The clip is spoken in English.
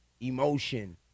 emotion